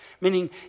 Meaning